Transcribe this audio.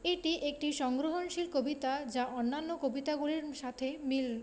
এটি একটি সংগ্রহণশীল কবিতা যা অন্যান্য কবিতাগুলির সাথে মিল